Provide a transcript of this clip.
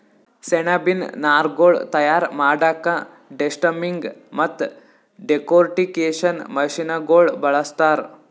ಸೆಣಬಿನ್ ನಾರ್ಗೊಳ್ ತಯಾರ್ ಮಾಡಕ್ಕಾ ಡೆಸ್ಟಮ್ಮಿಂಗ್ ಮತ್ತ್ ಡೆಕೊರ್ಟಿಕೇಷನ್ ಮಷಿನಗೋಳ್ ಬಳಸ್ತಾರ್